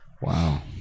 Wow